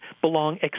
belong